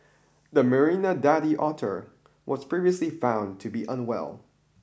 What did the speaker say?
the Marina daddy otter was previously found to be unwell